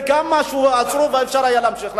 זה גם משהו שעצרו, ואפשר היה להמשיך.